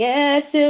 Yes